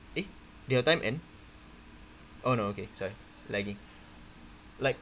eh did your time end oh no okay sorry lagging like